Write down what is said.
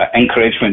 encouragement